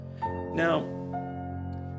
Now